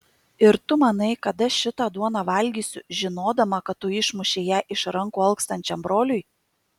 ir tu manai kad aš šitą duoną valgysiu žinodama kad tu išmušei ją iš rankų alkstančiam broliui